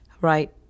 right